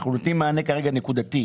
אנחנו נותנים כרגע מענה נקודתי.